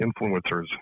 influencers